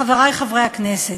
חברי חברי הכנסת,